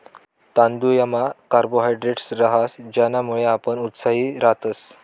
तांदुयमा कार्बोहायड्रेट रहास ज्यानामुये आपण उत्साही रातस